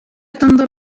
تنظر